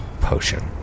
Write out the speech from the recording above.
potion